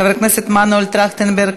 חבר הכנסת מנואל טרכטנברג,